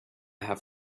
have